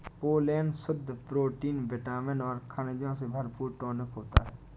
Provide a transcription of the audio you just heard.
pollen शुद्ध protein vitamin और खनिजों से भरपूर टॉनिक होता है